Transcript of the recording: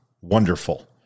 Wonderful